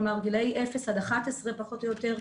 כלומר גילאי אפס עד 11 פחות או יותר,